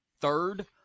third